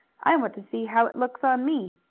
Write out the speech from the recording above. i want to see how it looks on me.